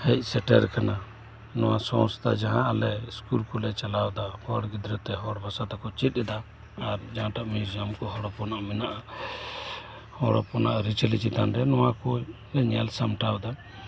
ᱦᱮᱡ ᱥᱮᱴᱮᱨ ᱟᱠᱟᱱᱟ ᱱᱚᱣᱟ ᱥᱚᱝᱥᱛᱷᱟ ᱡᱟᱦᱟᱸ ᱟᱞᱮ ᱥᱠᱩᱞ ᱠᱚᱞᱮ ᱪᱟᱞᱟᱣᱮᱫᱟ ᱦᱚᱲ ᱜᱤᱫᱽᱨᱟᱹ ᱛᱮ ᱦᱚᱲ ᱵᱷᱟᱥᱟᱛᱮᱠᱩ ᱪᱮᱫ ᱮᱫᱟ ᱟᱨ ᱡᱟᱦᱟᱸ ᱴᱟᱜ ᱢᱤᱣᱡᱤᱭᱟᱢ ᱠᱚᱦᱚᱸ ᱦᱚᱲ ᱦᱚᱯᱚᱱᱟᱜ ᱢᱮᱱᱟᱜᱼᱟ ᱦᱚᱲ ᱦᱚᱯᱚᱱᱟᱜ ᱟᱹᱨᱤ ᱪᱟᱹᱞᱤ ᱪᱮᱛᱟᱱ ᱨᱮ ᱱᱚᱣᱟᱠᱩ ᱧᱮᱞ ᱥᱟᱢᱴᱟᱣᱮᱫᱟ